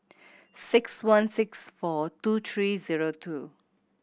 six one six four two three zero two